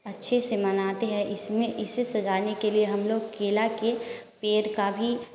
अच्छे से मनाते हैं इसमें इसे सजाने के लिए हम लोग केला के पेड़ का भी